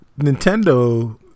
Nintendo